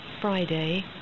Friday